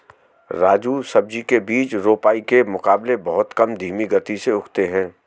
राजू सब्जी के बीज रोपाई के मुकाबले बहुत धीमी गति से उगते हैं